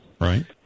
Right